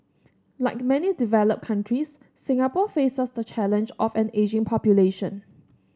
like many developed countries Singapore faces the challenge of an ageing population